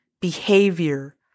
behavior